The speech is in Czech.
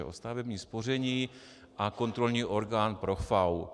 Stavební spoření a kontrolní orgán pro FAÚ.